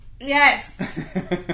yes